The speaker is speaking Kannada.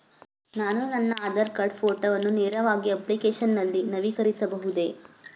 ನಾನು ನನ್ನ ಆಧಾರ್ ಕಾರ್ಡ್ ಫೋಟೋವನ್ನು ನೇರವಾಗಿ ಅಪ್ಲಿಕೇಶನ್ ನಲ್ಲಿ ನವೀಕರಿಸಬಹುದೇ?